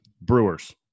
Brewers